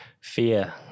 fear